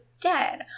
dead